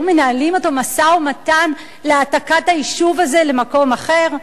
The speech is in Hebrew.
היו מנהלים אתו משא-ומתן להעתקת היישוב הזה למקום אחר?